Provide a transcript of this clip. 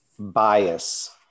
bias